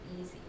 easy